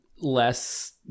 less